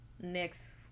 Next